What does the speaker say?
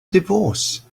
divorce